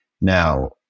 Now